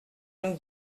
nous